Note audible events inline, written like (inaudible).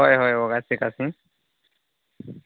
(unintelligible)